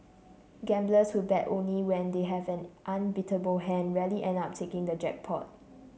gamblers who bet only when they have an unbeatable hand rarely end up taking the jackpot